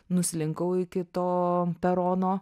nuslinkau iki to perono